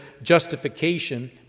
justification